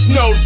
no